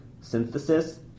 synthesis